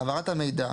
העברת המידע,